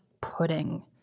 Pudding